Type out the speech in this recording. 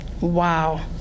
Wow